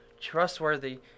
trustworthy